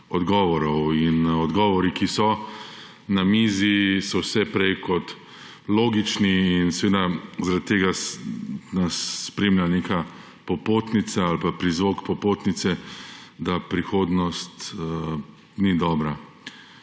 odgovorov. Odgovori, ki so na mizi, so vse prej kot logični, zaradi tega nas spremlja neka popotnica ali pa prizvok popotnice, da prihodnost ni dobra.